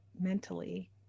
mentally